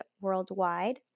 worldwide